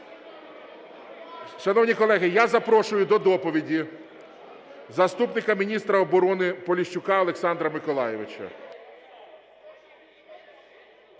Шановні колеги, я запрошую до доповіді заступника міністра оборони Поліщука Олександра Миколайовича.